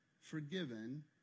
forgiven